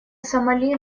сомали